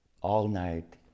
all-night